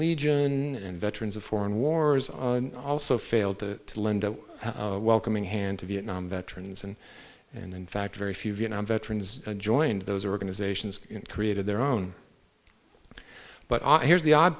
legion and veterans of foreign wars are also failed to lend a welcoming hand to vietnam veterans and and in fact very few vietnam veterans joined those organizations created their own but i here's the odd